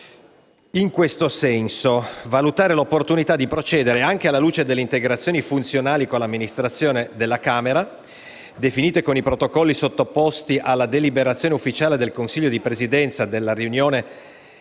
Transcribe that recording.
seguente: «a valutare l'opportunità di procedere, anche alla luce delle integrazioni funzionali con l'Amministrazione della Camera, definite con i protocolli sottoposti alla deliberazione ufficiale del Consiglio di Presidenza nella riunione